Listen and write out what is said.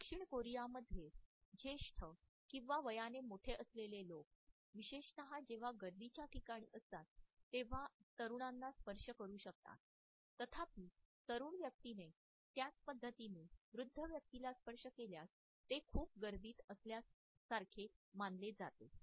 दक्षिण कोरियामध्ये जेष्ठ किंवा वयाने मोठे असलेले लोक विशेषत जेव्हा गर्दीच्या ठिकाणी असतात तेव्हा तरुणांना स्पर्श करू शकतात तथापि तरूण व्यक्तीने त्याच पद्धतीने वृद्ध व्यक्तीला स्पर्श केल्यास ते खूप गर्दीत असल्यासारखे मानले जाते